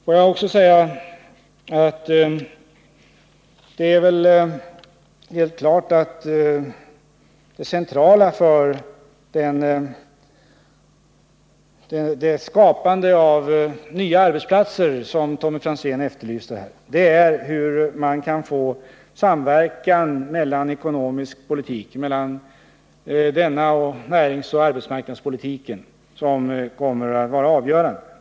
Låt mig vidare säga att det är helt klart att det centrala och avgörande när det gäller de åtgärder för att skapa nya arbetstillfällen som Tommy Franzén efterlyste är att man kan få till stånd en samverkan mellan den ekonomiska politiken och näringsoch arbetsmarknadspolitiken.